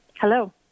hello